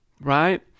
right